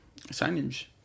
signage